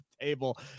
table